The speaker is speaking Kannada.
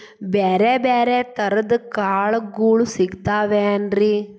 ಬ್ಯಾರೆ ಬ್ಯಾರೆ ತರದ್ ಕಾಳಗೊಳು ಸಿಗತಾವೇನ್ರಿ?